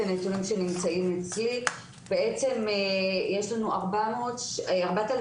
תלמידים, שלוש מאות ארבעים